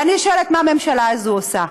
ואני שואלת: מה הממשלה הזאת עושה?